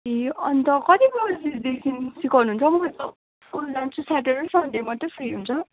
ए अन्त कति बजीदेखि सिकाउनुहुन्छ म त स्कुल जान्छु स्याटर्डे र सन्डेमात्र फ्री हुन्छ